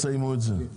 מתי תסיימו את זה?